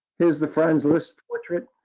here's the friends list portrait.